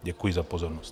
Děkuji za pozornost.